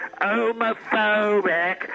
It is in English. Homophobic